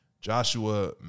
Joshua